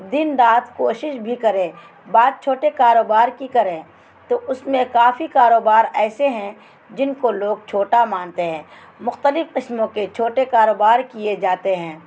دن رات کوشش بھی کرے بات چھوٹے کاروبار کی کریں تو اس میں کافی کاروبار ایسے ہیں جن کو لوگ چھوٹا مانتے ہیں مختلف قسموں کے چھوٹے کاروبار کیے جاتے ہیں